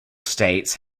states